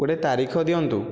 ଗୋଟିଏ ତାରିଖ ଦିଅନ୍ତୁ